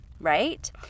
right